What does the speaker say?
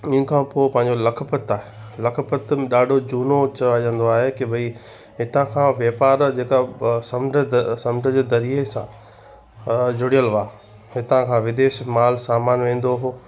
हिन खां पोइ पंहिंजो लखपत आहे लखपत ॾाढो झूनो चवाइजंदो आहे कि भई हितां खां वेपारु जेका ॿ समुंड द समुंड जे दरीए सां झुड़ियल हुआ हितां खां विदेश मालु सामान वेंदो हुओ